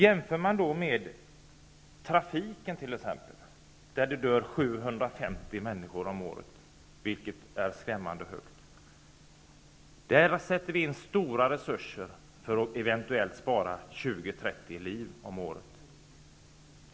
Jämför man t.ex. med trafiken -- där det dör 750 människor om året, vilket är skrämmande högt -- sätter vi där in stora resurser för att eventuellt spara 20--30 liv om året.